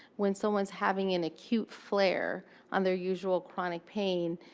when someone's having an acute flare on their usual chronic pain,